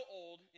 old